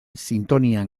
sintonian